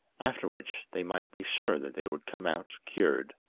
after which they might be sure that they would come out cured.